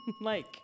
Mike